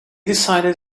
decided